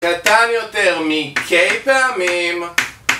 קטן יותר מ-K פעמים